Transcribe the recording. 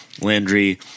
Landry